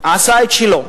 עשה את שלו.